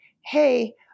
hey